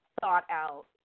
thought-out